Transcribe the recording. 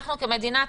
אנחנו כמדינה צריכים,